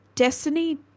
Destiny